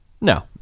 no